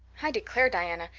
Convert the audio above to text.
i declare, diana,